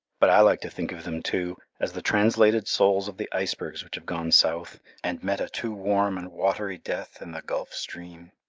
but i like to think of them, too, as the translated souls of the icebergs which have gone south and met a too warm and watery death in the gulf stream.